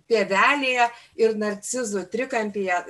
pievelėje ir narcizų trikampyje